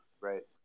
Right